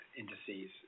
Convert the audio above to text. indices